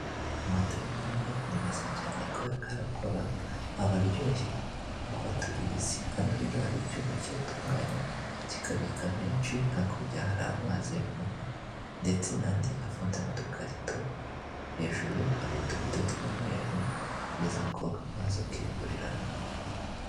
Amata y'inyange ni meza cyane kubbera ko arakora, aba aryoshye nk'uko tubizi hano rero hari icyuma cyayatunganya kikabika menshi hakurya hari amazi ya pomba ndetse n'andi afunze mu dukarito hejuru hari utubudo tw'umweru ni byiza ko waza ukigurira nawe.